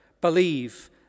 believe